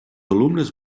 alumnes